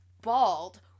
bald